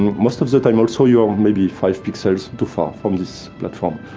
most of the time, also, you are maybe five pixels too far from this platform.